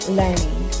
learning